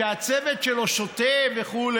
שהצוות שלהם שותה וכו',